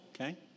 okay